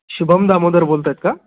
शुभम दामोदर बोलतायत का